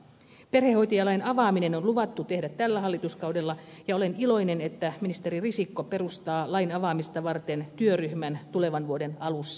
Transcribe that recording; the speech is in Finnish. perhehoitajalain avaaminen on luvattu tehdä tällä hallituskaudella ja olen iloinen että ministeri risikko perustaa lain avaamista varten työryhmän tulevan vuoden alussa